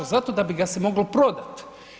Zato da bi ga se moglo prodati.